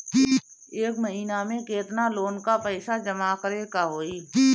एक महिना मे केतना लोन क पईसा जमा करे क होइ?